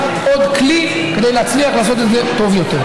עוד כלי כדי להצליח לעשות את זה טוב יותר.